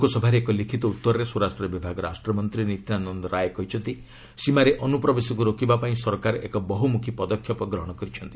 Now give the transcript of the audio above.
ଲୋକସଭାରେ ଏକ ଲିଖିତ ଉତ୍ତରରେ ସ୍ୱରାଷ୍ଟ୍ର ବିଭାଗ ରାଷ୍ଟ୍ରମନ୍ତ୍ରୀ ନିତ୍ୟାନନ୍ଦ ରାୟ କହିଛନ୍ତି ସୀମାରେ ଅନୁପ୍ରବେଶକୁ ରୋକିବା ପାଇଁ ସରକାର ଏକ ବହ୍ରମ୍ରଖୀ ପଦକ୍ଷେପ ଗ୍ରହଣ କରିଛନ୍ତି